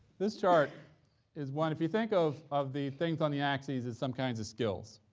this chart is one if you think of of the things on the axis as some kinds of skills,